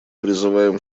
призываем